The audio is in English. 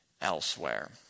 elsewhere